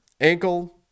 ankle